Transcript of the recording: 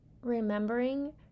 remembering